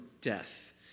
death